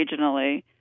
regionally